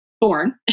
born